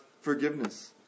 forgiveness